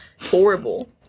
Horrible